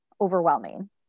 overwhelming